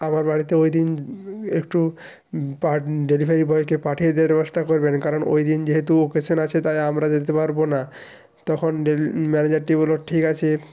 আমার বাড়িতে ওই দিন একটু ডেলিভারি বয়কে পাঠিয়ে দেওয়ার ব্যবস্থা করবেন কারণ ওই দিন যেহেতু অকেশন আছে তাই আমরা যেতে পারব না তখন ম্যানেজারটি বলল ঠিক আছে